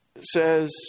says